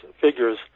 figures